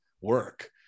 work